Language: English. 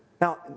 Now